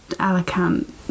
Alicante